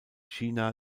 china